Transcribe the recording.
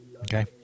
okay